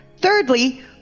thirdly